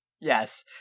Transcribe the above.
yes